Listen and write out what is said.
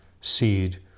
seed